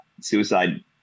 suicide